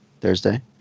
Thursday